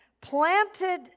Planted